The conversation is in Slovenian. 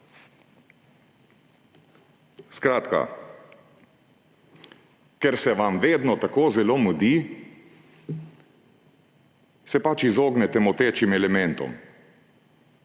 minut. Ker se vam vedno tako zelo mudi, se pač izognete motečim elementom.